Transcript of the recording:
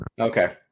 Okay